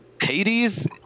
Hades